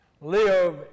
live